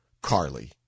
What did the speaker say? Carly